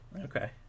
Okay